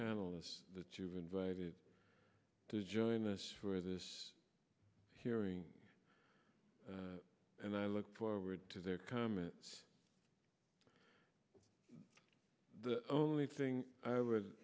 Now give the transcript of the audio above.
panelists that you've invited to join us for this hearing and i look forward to their comments the only thing i would